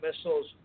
missiles